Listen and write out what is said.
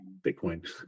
Bitcoin